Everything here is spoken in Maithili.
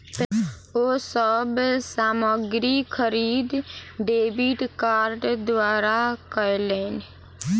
ओ सब सामग्री खरीद डेबिट कार्ड द्वारा कयलैन